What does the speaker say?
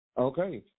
Okay